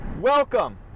Welcome